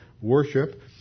worship